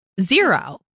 zero